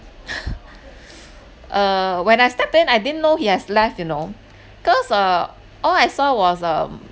uh when I stepped in I didn't know he has left you know cause uh all I saw was um